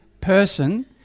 person